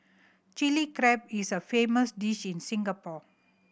Chilli Crab is a famous dish in Singapore